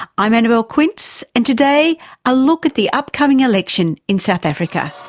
i'm annabelle quince and today a look at the upcoming election in south africa.